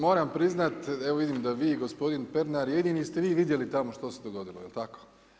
Moram priznati evo vidim da vi i gospodin Pernar jedini ste vi vidjeli tamo što se dogodilo, jel tako?